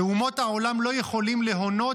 שאומות העולם לא יכולים להונות,